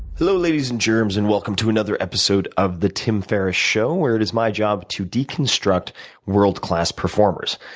hello, ladies and germs, and welcome to another episode of the tim ferriss show, where it is my job to deconstruct world class performers,